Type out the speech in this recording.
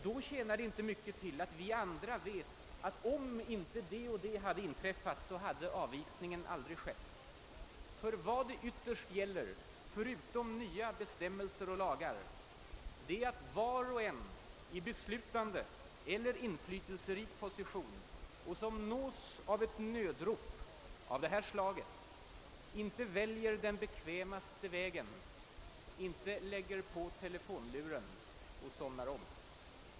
Då tjänar det inte mycket till att vi andra vet att om inte det och det hade inträffat hade utvisningen aldrig skett. Vad det ytterst gäller, förutom nya bestämmelser och lagar, är att var och en i beslutande eller inflytelserik position, som nås av ett nödrop av detta slag, inte väljer den bekvämaste vägen, inte lägger på telefonluren och somnar om.